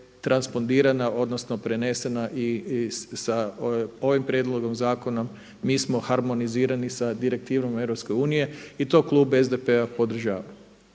transponirana odnosno prenesena sa ovim prijedlogom zakona mi smo harmonizirani sa direktivom EU i to klub SDP-a podržava.